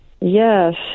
yes